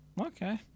Okay